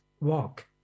walk